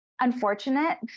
unfortunate